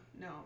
no